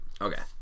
Okay